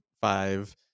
five